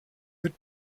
mit